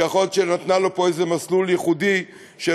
שיכול להיות שנתנה לו פה איזה מסלול ייחודי של